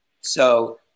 So-